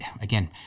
again